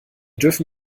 dürfen